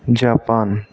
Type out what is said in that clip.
Japan